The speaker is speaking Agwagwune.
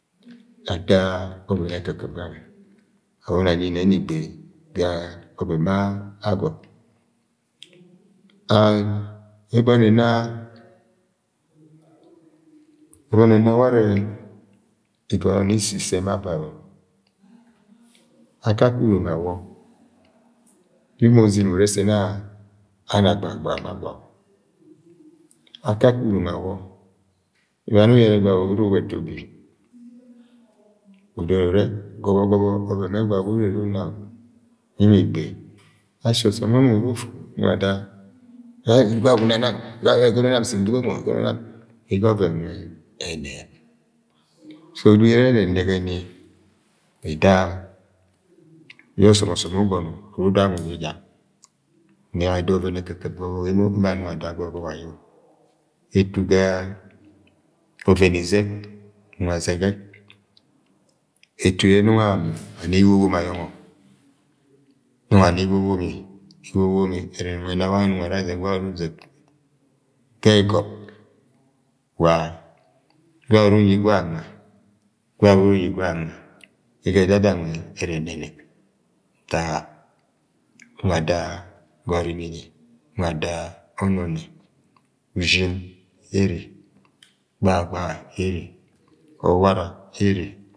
Ata ọven ekɨ kɨp ganwẹ abọni anyi nẹ ni igbei ga ọven ma ọgọnọ-a-egọnọ ẹna ẹbọni eno ware igọnọ ni si se ma babọri aka kẹ uromo amọ yẹ umu zimi urẹ sẹ nọ ana gbala, gbala ma gwa awo̱ akakẹ urom awọ abaní uyẹnẹ yẹ ara awa efu bi udoro yẹ urẹ gọbọ gọba gọbọ, gọbọ ọvẹn yẹ gwa awọ ure uru uma-oo nyi mọ igbe-e ashi osom we urung uru ufu nọ ada ege ọvẹn nwẹ ẹnẹb so edudu yẹ ẹrẹ ẹnẹgẹ ni ẹta, yẹ ọsọm ọsọm ugọmọ uru uda mọ ubi gang nọ ada ọvẹn ekɨ ekɨp ga ọbọk emo, emo abọni ada ga ọbọk ayọ etu ga-a ọvẹn izẹg, nungọ azẹgẹ eto ye nungọ a-a-ana iwowomi anungọ nungọ ana iwowomi, iwowomi ẹrẹ ẹbọni ẹna wangẹ gwa uru uzẹg vwa uru-uzẹg ga ẹgọp, wa-a-gwa erungi gwa ama gwa urunyi vwa ama ege ẹdada nwẹ ẹrẹ ẹnẹng ntak ye emo ada ga oirmini, emo ada ọnọnẹ ujin ere gbahagbaha ere owara ere.